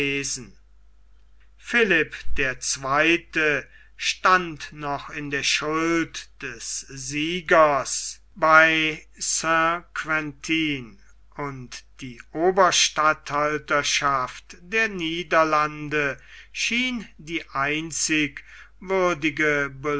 philipp der zweite stand noch in der schuld des siegers bei st quentin und die oberstatthalterschaft der niederlande schien die einzig würdige